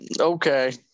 okay